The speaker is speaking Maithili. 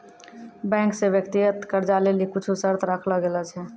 बैंक से व्यक्तिगत कर्जा लेली कुछु शर्त राखलो गेलो छै